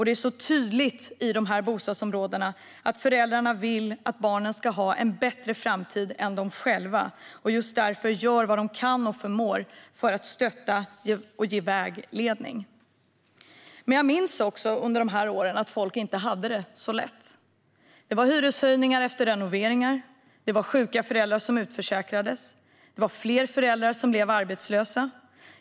Det är så tydligt i dessa bostadsområden att föräldrarna vill att barnen ska få en bättre framtid än de själva har haft. Just därför gör de vad de kan och förmår för att stötta och ge vägledning. Jag minns dock också från dessa år att folk inte hade det så lätt. Det var hyreshöjningar efter renoveringar. Det var sjuka föräldrar som utförsäkrades. Det var fler föräldrar som blev arbetslösa.